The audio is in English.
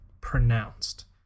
pronounced